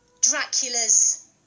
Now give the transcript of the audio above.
dracula's